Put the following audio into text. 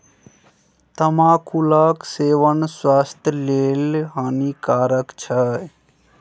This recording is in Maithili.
तमाकुलक सेवन स्वास्थ्य लेल हानिकारक छै